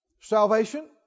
Salvation